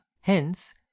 hence